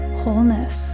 wholeness